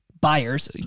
buyers